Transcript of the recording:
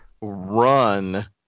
run